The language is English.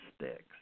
sticks